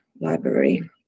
library